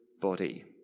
body